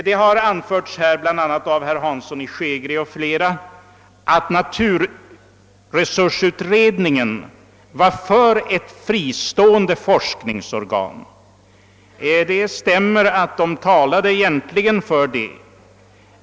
Det har anförts här, bl.a. av herr Hansson i Skegrie, att naturresursutredningen uttalat sig för ett fristående forskningsorgan. Utredningen talade egentligen för det, så långt stämmer det.